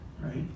right